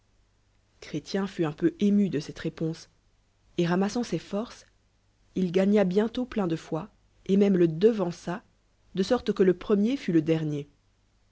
fut un peu ému de cette réponse etramassant ses forces il gagna bientôt plein de foi et même le devança de sorte que le premier fut le dernier